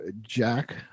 Jack